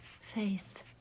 Faith